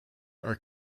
are